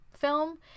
film